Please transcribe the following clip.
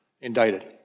indicted